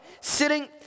Sitting